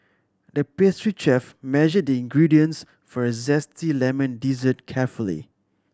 the pastry chef measured the ingredients for a zesty lemon dessert carefully